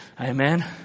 Amen